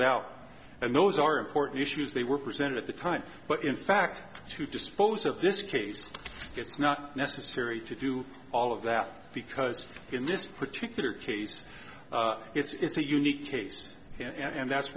doubt and those are important issues they were present at the time but in fact to dispose of this case it's not necessary to do all of that because in this particular case it's a unique case and that's